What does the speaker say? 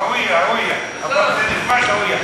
הַוִיֶּה, הַוִיֶּה, אמר לתת, הַוִיֶּה.